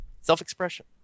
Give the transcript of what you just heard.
Self-expression